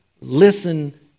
Listen